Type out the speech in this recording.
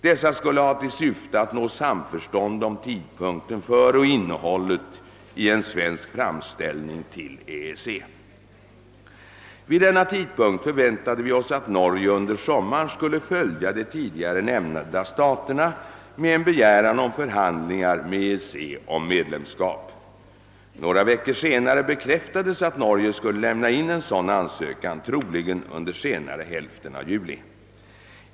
Dessa skulle ha till syfte att nå samförstånd om tidpunkten för och innehållet i en svensk framställning till EEC. Vid denna tidpunkt förväntade vi oss att Norge under sommaren skulle följa de tidigare nämnda staterna med en begäran om förhandlingar med EEC om medlemskap. Några veckor senare bekräftades att Norge skulle lämna in en sådan ansökan, troligen under senare hälften av juli.